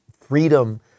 freedom